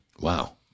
wow